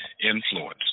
influence